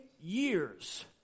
years